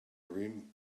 green